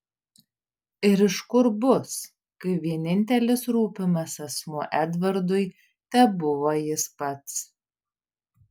ir iš kur bus kai vienintelis rūpimas asmuo edvardui tebuvo jis pats